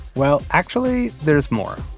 well, actually there's more